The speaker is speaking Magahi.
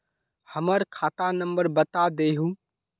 हमर खाता नंबर बता देहु?